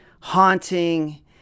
haunting